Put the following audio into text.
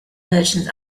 merchant